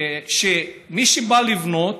מי שבא לבנות,